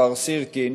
בכפר סירקין,